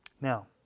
Now